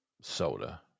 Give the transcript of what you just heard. soda